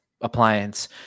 appliance